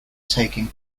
taking